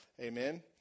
Amen